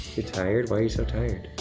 you're tired, why are you so tired?